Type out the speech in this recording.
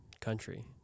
country